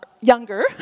younger